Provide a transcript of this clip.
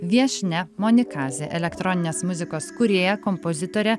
viešnia monikazė elektroninės muzikos kūrėja kompozitorė